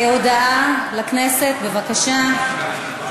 הודעה לכנסת, בבקשה.